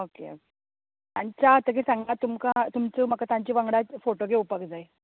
okay okay आनी च्या जातकीर सांगा तुमका तुमचो म्हाका तांचे वांगडा फोटो घेवपाक जाय